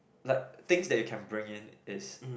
like things that you can bring in is